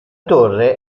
torre